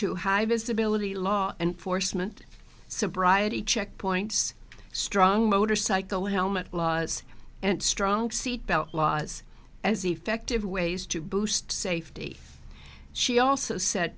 have visibility law enforcement sobriety checkpoints strong motorcycle helmet laws and strong seatbelt laws as effective ways to boost safety she also said